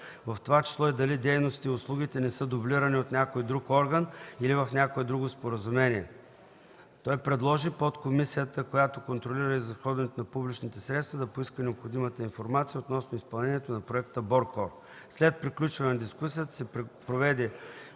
в това число и дали дейностите или услугите не са дублирани от някой друг орган или в някое друго споразумение. Той предложи подкомисията, която контролира изразходването на публичните средства, да поиска необходимата информация относно изпълнението на проекта БОРКОР. След приключване на дискусията се проведе